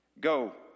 Go